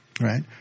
right